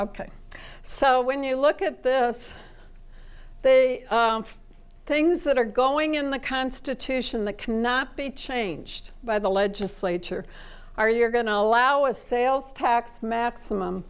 ok so when you look at this they are things that are going in the constitution that cannot be changed by the legislature are you are going to allow a sales tax maximum